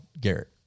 Garrett